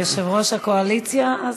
יושב-ראש הקואליציה?